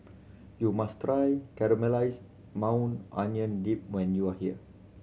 you must try Caramelized Maui Onion Dip when you are here